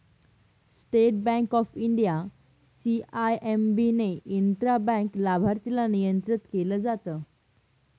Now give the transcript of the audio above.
state Bank of India, CIMB ने intra bank लाभार्थीला नियंत्रित केलं जात